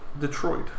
Detroit